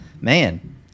Man